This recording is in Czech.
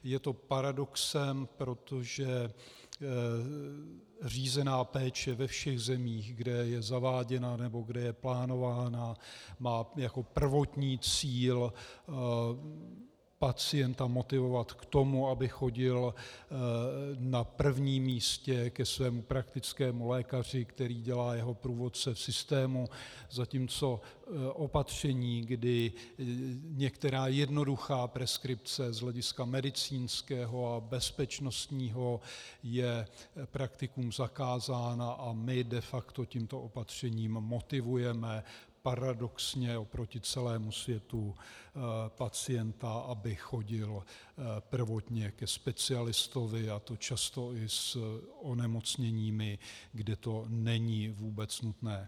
Je to paradoxem, protože řízená péče ve všech zemích, kde je zaváděna nebo kde je plánována, má jako prvotní cíl pacienta motivovat k tomu, aby chodil na prvním místě ke svému praktickému lékaři, který dělá jeho průvodce v systému, zatímco opatření, kdy některá jednoduchá preskripce z hlediska medicínského a bezpečnostního je praktikům zakázána, a my de facto tímto opatřením motivujeme paradoxně oproti celému světu pacienta, aby chodil prvotně ke specialistovi, a to často s onemocněními, kde to není vůbec nutné.